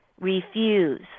refuse